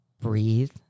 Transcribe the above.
breathe